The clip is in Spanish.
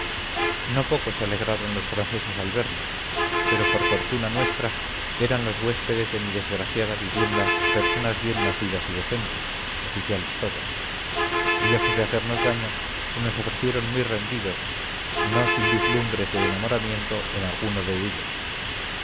no poco se alegraron los franceses al vernos pero por fortuna nuestra eran los huéspedes de mi desgraciada vivienda personas bien nacidas y decentes oficiales todos y lejos de hacernos daño se nos ofrecieron muy rendidos no sin vislumbres de enamoramiento en alguno de ellos